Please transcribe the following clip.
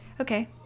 okay